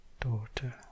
daughter